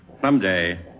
someday